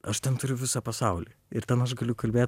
aš ten turiu visą pasaulį ir ten aš galiu kalbėt